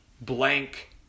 blank